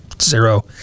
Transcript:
Zero